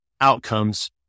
outcomes